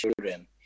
children